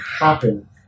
happen